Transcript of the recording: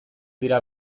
dira